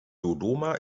dodoma